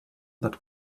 that